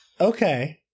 Okay